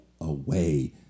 away